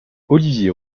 olivier